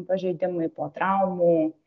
pažeidimai po traumų